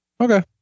Okay